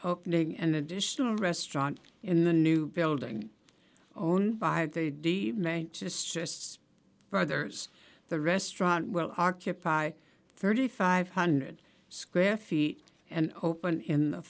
opening an additional restaurant in the new building own by the may just just brothers the restaurant will occupy thirty five hundred square feet and open in the